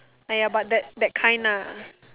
!aiya! but that that kind lah